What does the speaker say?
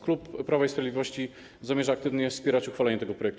Klub Prawa i Sprawiedliwości zamierza aktywnie wspierać uchwalenie tego projektu.